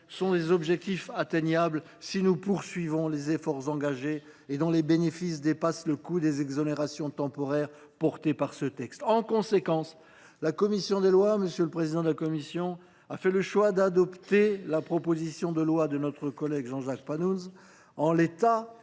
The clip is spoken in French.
sont des objectifs atteignables si nous poursuivons les efforts engagés, dont les bénéfices dépassent le coût des exonérations temporaires induites par ce texte. En conséquence, la commission des lois a fait le choix d’adopter la proposition de loi de notre collègue Jean Jacques Panunzi en l’état